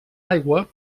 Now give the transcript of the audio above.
aigua